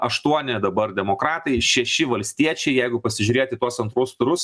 aštuoni dabar demokratai šeši valstiečiai jeigu pasižiūrėti į tuos antrus turus